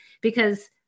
because-